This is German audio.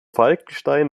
falkenstein